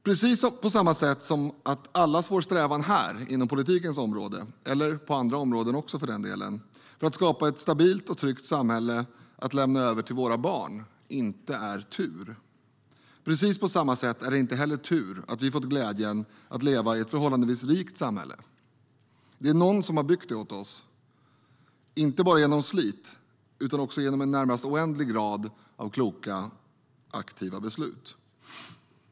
Precis på samma sätt som allas vår strävan, här inom politikens område eller inom andra områden, är att skapa ett stabilt och tryggt samhälle att lämna över till våra barn inte är tur är det inte tur att vi fått glädjen att leva i ett förhållandevis rikt samhälle. Det är någon som har byggt det åt oss, inte bara genom slit utan också genom en närmast oändlig rad av kloka, aktiva beslut.